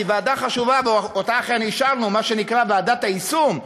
שהיא ועדה חשובה ואתה אכן אישרנו מה שנקרא ועדת היישום,